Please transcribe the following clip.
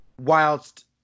whilst